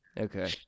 Okay